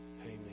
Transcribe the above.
Amen